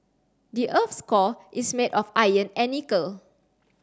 the earth's core is made of iron and nickel